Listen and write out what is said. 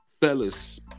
Fellas